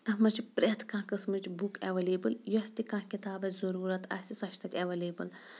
تَتھ منٛز چھِ پرٮ۪تھ کانٛہہ قٕسمٕچ بُک ایویلیبٕل یۄس تہِ کانٛہہ کِتاب اَسہِ ضٔروٗرت آسہِ سۄ چھِ تَتہِ ایویلیبٕل